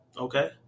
Okay